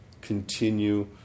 continue